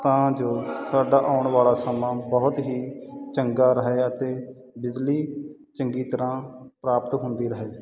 ਤਾਂ ਜੋ ਸਾਡਾ ਆਉਣ ਵਾਲਾ ਸਮਾਂ ਬਹੁਤ ਹੀ ਚੰਗਾ ਰਹੇ ਅਤੇ ਬਿਜਲੀ ਚੰਗੀ ਤਰ੍ਹਾਂ ਪ੍ਰਾਪਤ ਹੁੰਦੀ ਰਹੇ